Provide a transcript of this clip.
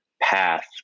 path